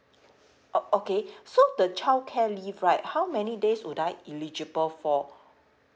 o~ okay so the childcare leave right how many days would I eligible for